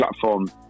platform